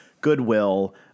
Goodwill